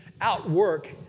outwork